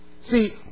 See